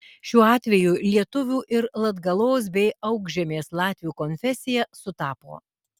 šiuo atveju lietuvių ir latgalos bei aukšžemės latvių konfesija sutapo